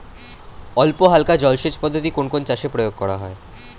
অল্পহালকা জলসেচ পদ্ধতি কোন কোন চাষে প্রয়োগ করা হয়?